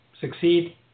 Succeed